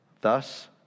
Thus